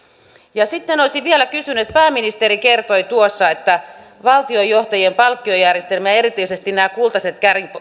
sitten olisin vielä kysynyt pääministeri kertoi tuossa valtion johtajien palkkiojärjestelmästä ja erityisesti näistä kultaisista